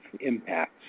impacts